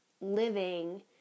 living